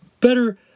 better